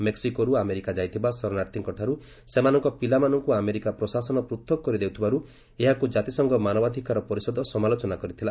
ମେକ୍ସିକୋରୁ America ଯାଇଥିବା ଶରଣାର୍ଥୀଙ୍କଠାରୁ ସେମାନଙ୍କ ପିଲାମାନଙ୍କୁ ଆମେରିକା ପ୍ରଶାସନ ପୃଥକ୍ କରିଦେଉଥିବାରୁ ଏହାକୁ କାତିସଂଘ ମାନବାଧିକାର ପରିଷଦ ସମାଲୋଚନା କରିଥିଲା